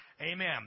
Amen